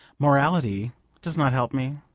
morality does not help me.